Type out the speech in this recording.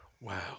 Wow